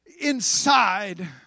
inside